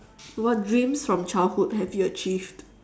what dreams from childhood have you achieved